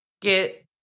get